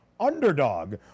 underdog